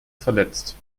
verletzt